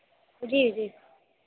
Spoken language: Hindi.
जी जी